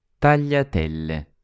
Tagliatelle